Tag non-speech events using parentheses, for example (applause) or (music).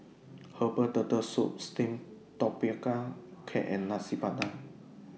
Herbal Turtle Soup Steamed Tapioca Cake and Nasi Padang (noise)